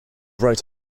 wrote